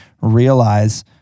realize